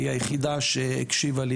היא היחידה שהקשיבה לי,